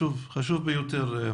חשוב ביותר.